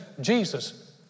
Jesus